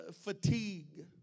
fatigue